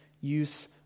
use